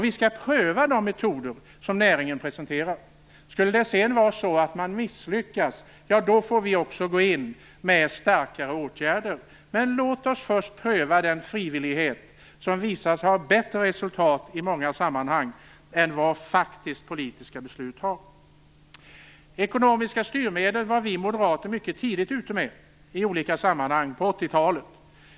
Vi skall pröva de metoder som näringen presenterar. Skulle det sedan vara så att man misslyckas, ja, då får vi också gå in med starkare åtgärder. Men låt oss först pröva den frivillighet som faktiskt har visat sig ge bättre resultat i många sammanhang än vad politiska beslut gör. Ekonomiska styrmedel var vi moderater mycket tidigt ute med i olika sammanhang på 80-talet.